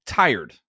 tired